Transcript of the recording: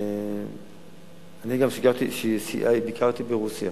אני גם ביקרתי ברוסיה